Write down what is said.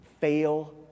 fail